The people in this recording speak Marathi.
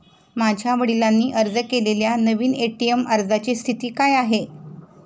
माझ्या वडिलांनी अर्ज केलेल्या नवीन ए.टी.एम अर्जाची स्थिती काय आहे?